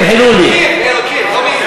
חבר הכנסת נסים, רק רגע, רק רגע.